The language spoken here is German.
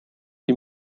die